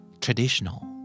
traditional